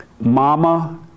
mama